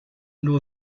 nur